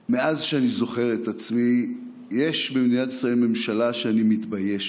מאז שאני זוכר את עצמי יש במדינת ישראל ממשלה שאני מתבייש בה,